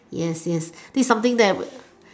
yes yes this is something that